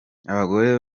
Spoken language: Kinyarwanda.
abagore